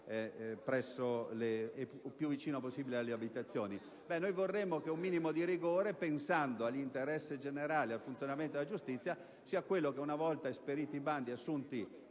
il più vicino possibile alle proprie abitazioni. Noi vorremmo un minimo di rigore, pensando all'interesse generale e al funzionamento della giustizia, per cui, una volta esperiti i bandi e assunti